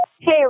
hey